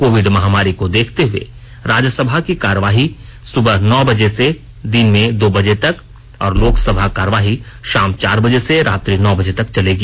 Covid महामारी को देखते हुए राज्यसभा की कार्यवाही सुबह नौ बजे से दिन में दो बजे तक और लोकसभा कार्यवाही शाम चार बजे से रात्रि नौ बजे तक चलेगी